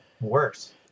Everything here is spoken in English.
worse